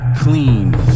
clean